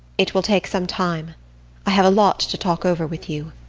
it will take some time i have a lot to talk over with you.